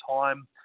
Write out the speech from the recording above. time